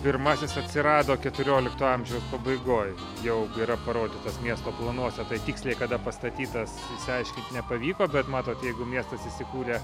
pirmasis atsirado keturiolikto amžiaus pabaigoj jau yra parodytas miesto planuose tai tiksliai kada pastatytas išsiaiškinti nepavyko bet matot jeigu miestas įsikūrė